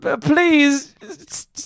please